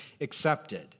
accepted